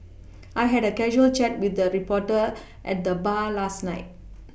I had a casual chat with a reporter at the bar last night